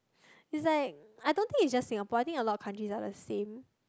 it's like I don't think it's just Singapore I think a lot of countries are the same